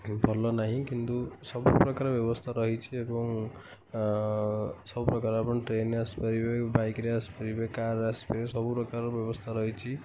ଭଲ ନାହିଁ କିନ୍ତୁ ସବୁ ପ୍ରକାର ବ୍ୟବସ୍ଥା ରହିଛି ଏବଂ ସବୁ ପ୍ରକାର ଆପଣ ଟ୍ରେନରେ ଆସିପାରିବେ ବାଇକ୍ରେ ଆସିପାରିବେ କାର୍ରେ ଆସିପାରିବେ ସବୁ ପ୍ରକାର ବ୍ୟବସ୍ଥା ରହିଛି